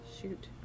Shoot